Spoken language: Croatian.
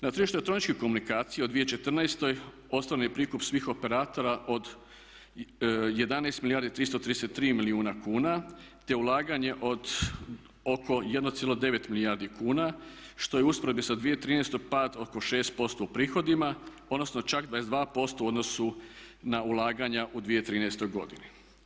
Na tržištu elektroničkih komunikacija u 2014.osnovni prikup svih operatera od 11 milijardi 333 milijuna kuna te ulaganje od oko 1,9 milijardi kuna što je u usporedbi sa 2013. pad oko 6% u prihodima, odnosno čak 22% u odnosu na ulaganja u 2013. godini.